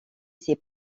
ses